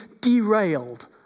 derailed